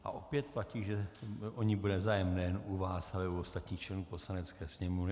A opět platí, že o ní bude zájem nejen u vás, ale u ostatních členů Poslanecké sněmovny.